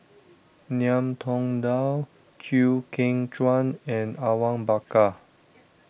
Ngiam Tong Dow Chew Kheng Chuan and Awang Bakar